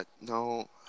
No